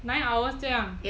nine hours 这样